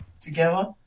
together